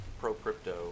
pro-crypto